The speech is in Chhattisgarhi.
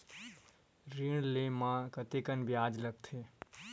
ऋण ले म कतेकन ब्याज लगथे?